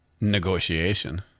negotiation